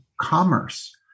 commerce